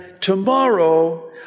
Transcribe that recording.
tomorrow